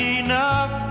enough